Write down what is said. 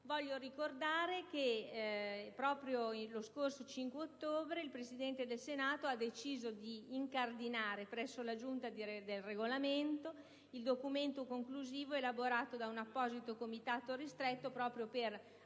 Voglio ricordare che, proprio lo scorso 5 ottobre, il Presidente del Senato ha deciso di incardinare, presso la Giunta per il Regolamento, il documento conclusivo elaborato da un apposito comitato ristretto proprio per